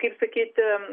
kaip sakyti